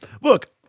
look